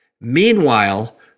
meanwhile